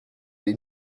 les